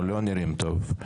אנחנו לא נראים טוב.